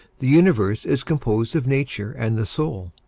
the universe is composed of nature and the soul.